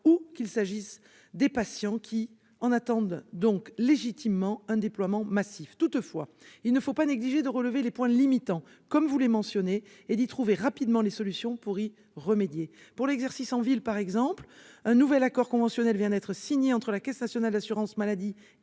ambulatoires ou des patients, qui en attendent donc légitimement le déploiement massif. Toutefois, il ne faut pas négliger de relever les points limitants, comme vous le faites, et de trouver rapidement les solutions pour y remédier. Concernant l'exercice en ville, par exemple, un nouvel accord conventionnel vient d'être signé entre la Caisse nationale de l'assurance maladie